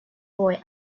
boy